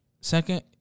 Second